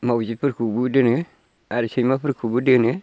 मावजिफोरखौबो दोनो आरो सैमाफोरखौबो दोनो